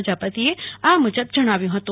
પ્રજાપતિએ આ મુજબ જણાવ્યું હતું